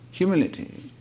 humility